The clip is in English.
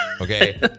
okay